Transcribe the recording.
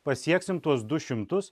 pasieksim tuos du šimtus